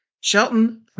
Shelton